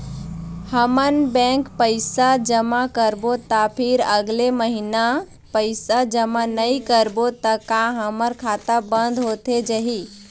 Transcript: हमन बैंक पैसा जमा करबो ता फिर अगले महीना पैसा जमा नई करबो ता का हमर खाता बंद होथे जाही?